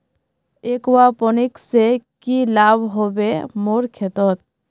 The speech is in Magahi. एक्वापोनिक्स से की लाभ ह बे मोर खेतोंत